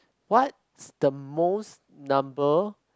what's the most number